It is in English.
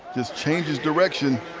just changes direction.